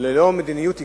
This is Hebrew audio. ללא מדיניות עקבית,